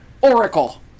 Oracle